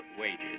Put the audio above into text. wages